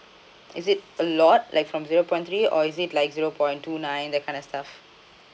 is it a lot like from zero point three or is it like zero point two nine that kind of stuff